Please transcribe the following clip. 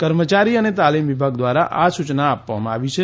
કર્મચારી અને તાલીમ વિભાગ દ્વારા આ સૂચના આપવામાં આવી છે